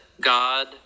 god